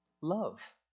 love